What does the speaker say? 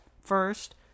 First